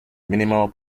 minimal